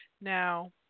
Now